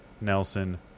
Nelson